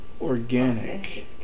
organic